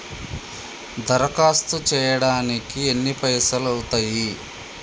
దరఖాస్తు చేయడానికి ఎన్ని పైసలు అవుతయీ?